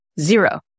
Zero